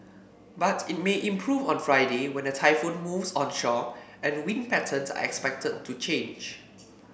but it may improve on Friday when the typhoon moves onshore and wind patterns are expected to change